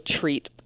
treat